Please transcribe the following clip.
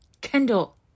Kendall